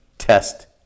Test